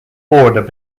border